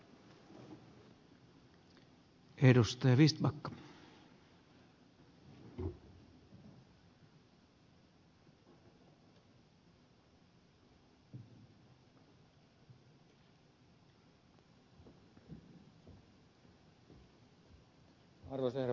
arvoisa herra puhemies